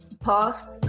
pause